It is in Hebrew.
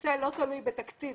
הנושא לא תלוי בתקציב,